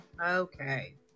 Okay